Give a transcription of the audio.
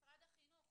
משרד החינוך